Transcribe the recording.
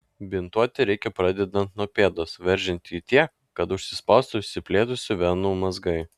bintuoti reikia pradedant nuo pėdos veržiant jį tik tiek kad užsispaustų išsiplėtusių venų mazgai